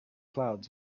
clouds